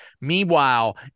Meanwhile